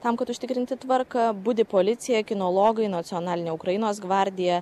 tam kad užtikrinti tvarką budi policija kinologai nacionalinė ukrainos gvardija